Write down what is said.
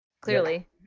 Clearly